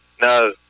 No